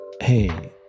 Hey